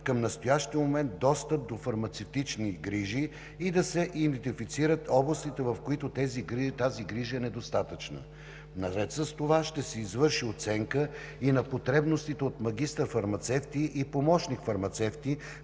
към настоящия момент достъп до фармацевтични грижи и да се идентифицират областите, в които тази грижа е недостатъчна. Наред с това ще се извърши оценка и на потребностите от магистър-фармацевти и помощник-фармацевти,